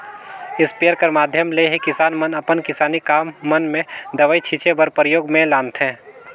sprayer कर माध्यम ले ही किसान मन अपन किसानी काम मन मे दवई छीचे बर परियोग मे लानथे